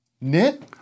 knit